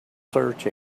search